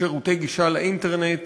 שירותי גישה לאינטרנט